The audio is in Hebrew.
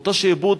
מאותו שעבוד,